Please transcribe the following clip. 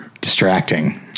distracting